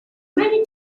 many